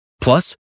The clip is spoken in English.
Plus